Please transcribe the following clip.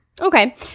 Okay